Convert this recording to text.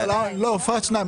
הופצו שניהם.